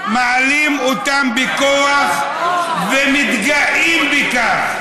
מעלים אותם בכוח ומתגאים בכך.